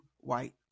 white